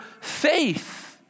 faith